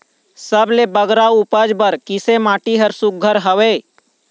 सबले बगरा उपज बर किसे माटी हर सुघ्घर हवे?